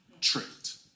Tricked